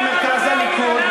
ממרכז הליכוד,